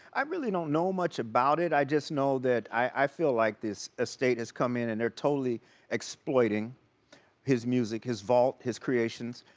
i really don't know much about it. i just know that i feel like this estate has come in and they're totally exploiting his music, his vault, his creations.